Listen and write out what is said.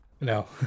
No